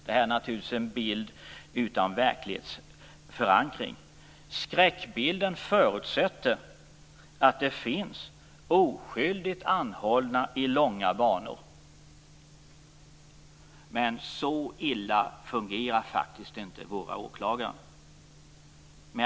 Detta är naturligtvis en bild utan verklighetsförankring. Skräckbilden förutsätter att det finns oskyldigt anhållna i långa banor, men så illa fungerar faktiskt inte våra åklagare.